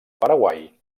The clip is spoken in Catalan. paraguai